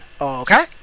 Okay